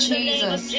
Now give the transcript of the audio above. Jesus